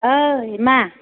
ओइ मा